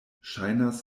ŝajnas